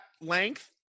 length